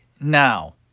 now